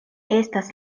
estas